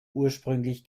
ursprünglich